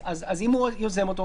אז אם הוא יוזם אותו,